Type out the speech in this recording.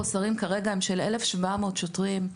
החוסרים כרגע הם של 1,700 שוטרים,